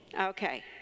Okay